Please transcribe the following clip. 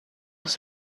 aus